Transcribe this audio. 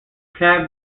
cab